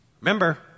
Remember